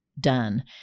done